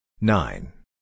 Nine